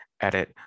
edit